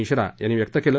मिश्रा यांनी व्यक्त केलं